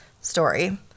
story